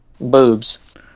boobs